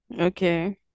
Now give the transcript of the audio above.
Okay